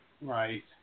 Right